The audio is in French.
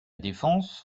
défense